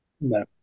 No